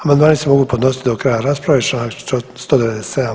Amandmani se mogu podnositi do kraja rasprave čl. 197.